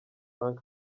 frank